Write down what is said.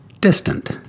distant